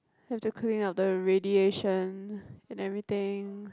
have to clean up the radiation and everything